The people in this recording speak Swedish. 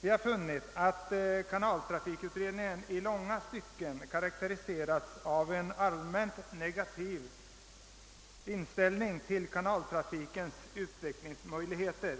Vi har funnit att kanaltrafikutredningen i långa stycken karakteriserats av en allmänt negativ inställning till kanaltrafikens utvecklingsmöjligheter.